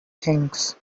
things